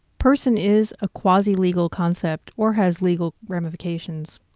person is a quasi legal concept or has legal ramifications.